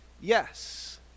yes